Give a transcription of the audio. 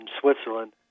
Switzerland